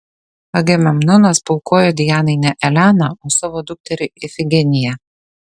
agamemnonas paaukojo dianai ne eleną o savo dukterį ifigeniją